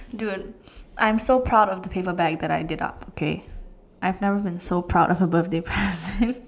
dude I'm so proud of the paper bag that I did up okay I've never been so proud of a birthday present